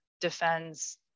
defends